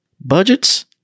Budgets